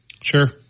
Sure